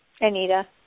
Anita